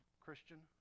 Christian